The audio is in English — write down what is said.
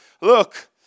Look